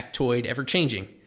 ever-changing